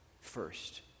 First